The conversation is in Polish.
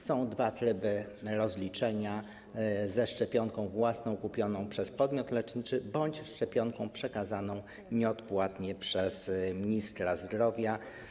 Są dwa tryby rozliczenia: ze szczepionką własną, kupioną przez podmiot leczniczy bądź ze szczepionką przekazaną nieodpłatnie przez ministra zdrowia.